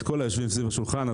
את כל היושבים סביב השולחן.